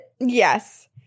yes